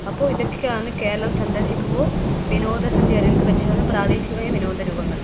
അപ്പോൾ ഇതൊക്കെയാണ് കേരളം സന്ദർശിക്കുമ്പോൾ വിനോദസഞ്ചാരികൾക്ക് പ്രാദേശികമായ വിനോദ രൂപങ്ങൾ